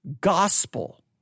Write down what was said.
gospel